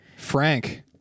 Frank